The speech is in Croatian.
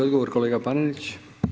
Odgovor kolega Panenić.